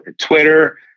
Twitter